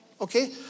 okay